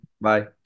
Bye